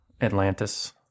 Atlantis